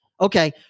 Okay